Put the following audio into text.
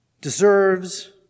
deserves